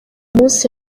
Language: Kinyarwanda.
munsi